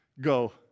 go